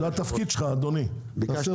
זה התפקיד שלך אדוני, תעשה אותו.